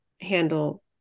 handle